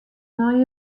nei